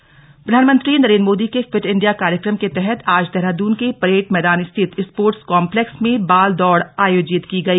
fit India बाल दौड़ प्रधानमंत्री नरेंद्र मोदी के फिट इंडिया कार्यक्रम के तहत आज देहरादून के परेड मैदान स्थित स्पोर्ट्स कॉप्लेक्स में बाल दौड़ आयोजित की गई